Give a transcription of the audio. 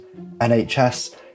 NHS